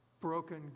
broken